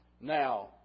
Now